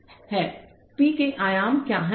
p के आयाम क्या हैं